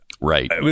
Right